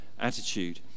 attitude